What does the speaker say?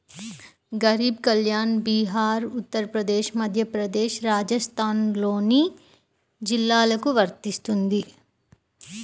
గరీబ్ కళ్యాణ్ బీహార్, ఉత్తరప్రదేశ్, మధ్యప్రదేశ్, రాజస్థాన్లోని జిల్లాలకు వర్తిస్తుంది